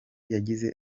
yagize